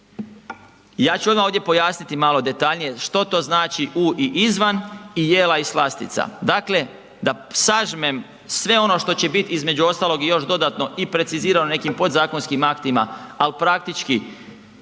Ja ću odma ovdje pojasniti malo detaljnije što to znači u i izvan i jela i slastica, dakle da sažmem sve ono što će bit između ostalog i još dodatno i precizirao na nekim podzakonskim aktima, al praktički